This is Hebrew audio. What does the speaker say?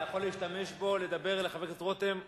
אתה יכול להשתמש בו לדבר אל חבר הכנסת רותם.